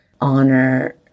honor